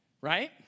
right